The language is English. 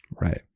Right